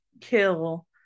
kill